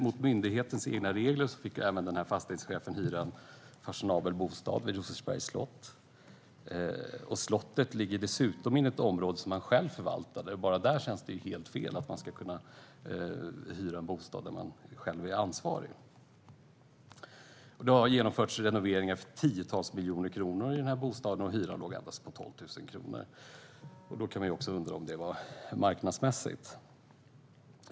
Mot myndighetens egna regler fick fastighetschefen även hyra en fashionabel bostad vid Rosersbergs slott. Slottet ligger dessutom inom ett område som han själv förvaltade. Bara där känns det helt fel att man ska kunna hyra en bostad där man själv är ansvarig. Det har genomförts renoveringar för tiotals miljoner kronor i bostaden, och hyran låg endast på 12 000 kronor. Man kan också undra om den var marknadsmässig.